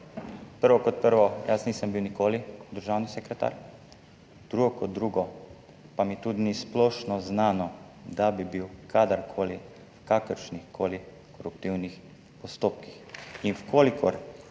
Prvo kot prvo, jaz nisem bil nikoli državni sekretar. Drugo kot drugo, pa mi tudi ni splošno znano, da bi bil kadarkoli v kakršnih koli koruptivnih postopkih.